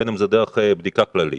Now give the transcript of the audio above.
בין אם זה דרך בדיקה כללית,